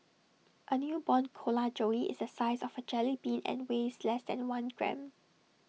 A newborn koala joey is the size of A jellybean and weighs less than one gram